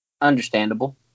Understandable